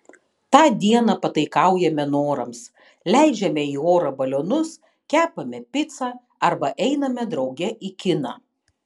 tą dieną pataikaujame norams leidžiame į orą balionus kepame picą arba einame drauge į kiną